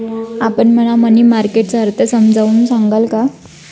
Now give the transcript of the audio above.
आपण मला money market चा अर्थ समजावून सांगाल का?